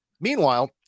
Meanwhile